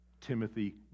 Timothy